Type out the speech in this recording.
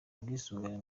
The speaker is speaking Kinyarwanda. bwisungane